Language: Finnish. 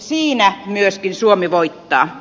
siinä myöskin suomi voittaa